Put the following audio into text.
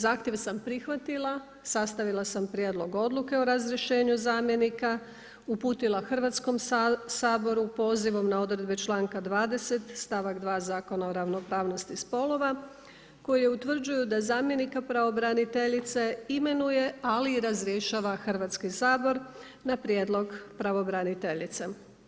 Zahtjev sam prihvatila, sastavila sam prijedlog oduku o razrješenju zamjenika, uputila Hrvatskom saboru pozivom na odredbe članka 20. stavak 2 Zakona o ravnopravnosti spolova, koji utvrđuju da zamjenika Pravobraniteljice imenuje ali i razrješava Hrvatski sabor, na prijedlog Pravobraniteljice.